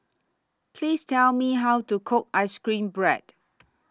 Please Tell Me How to Cook Ice Cream Bread